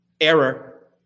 Error